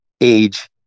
age